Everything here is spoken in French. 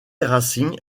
racing